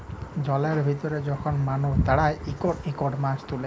জলের ভিতরে যখল মালুস দাঁড়ায় ইকট ইকট মাছ তুলে